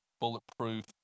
bulletproof